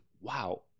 wow